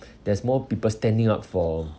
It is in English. there's more people standing up for